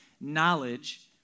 knowledge